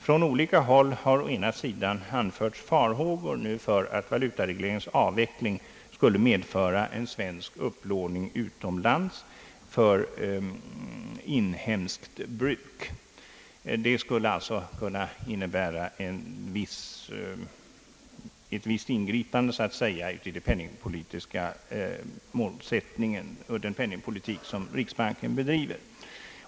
Från olika håll har å ena sidan anförts farhågor för att valutaregleringens avveckling skulle medföra svensk upplåning utomlands för inhemskt bruk. Det skulle alltså kunna innebära ett visst ingripande i den penningpolitiska målsättningen och i den penningpolitik som riksbanken bedriver.